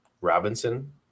Robinson